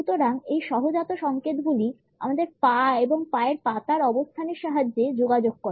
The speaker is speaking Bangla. সুতরাং এই সহজাত সংকেতগুলি আমাদের পা এবং পায়ের পাতার অবস্থানের সাহায্যে যোগাযোগ করে